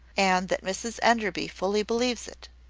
and that mrs enderby fully believes it.